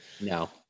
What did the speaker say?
No